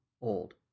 old